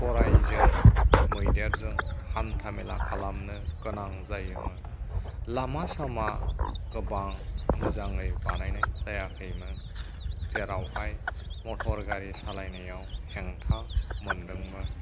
गरायजों मैदेरजों हान्था मेला खालामनो गोनां जायोमोन लामा सामा गोबां मोजाङै बानायनाय जायाखैमोन जेरावहाय मटर गारि सालायनायाव हेंथा मोनदोंमोन